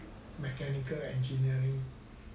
mechanical engineering